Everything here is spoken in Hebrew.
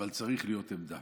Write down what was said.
אבל צריכה להיות עמדה.